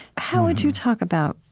how would you talk about,